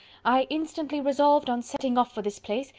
i instantly resolved on setting off for this place,